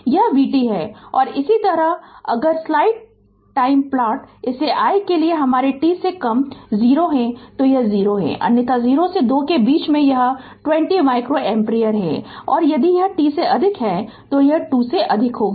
तो यह vt है और इसी तरह अगर स्लाइड टाइम प्लॉट इसे i के लिए हमारे t से कम 0 है तो यह 0 है अन्यथा 0 से 2 के बीच में यह 20 माइक्रो एम्पीयर है और यदि यह t से अधिक है तो 2 से अधिक होगा